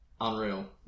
unreal